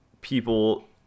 people